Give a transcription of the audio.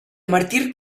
mártir